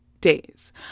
days